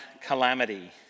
calamity